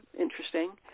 interesting